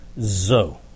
Zo